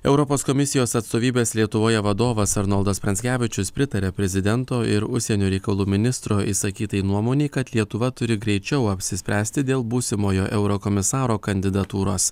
europos komisijos atstovybės lietuvoje vadovas arnoldas pranckevičius pritaria prezidento ir užsienio reikalų ministro išsakytai nuomonei kad lietuva turi greičiau apsispręsti dėl būsimojo eurokomisaro kandidatūros